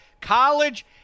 college